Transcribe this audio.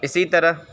اسی طرح